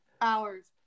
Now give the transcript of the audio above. hours